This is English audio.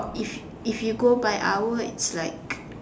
if if you go by hour it's like